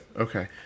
Okay